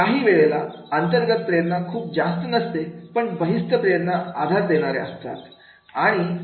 काही वेळेला अंतर्गत प्रेरणा खूप जास्त नसते पण बहिस्त प्रेरणा आधार देणाऱ्या असतात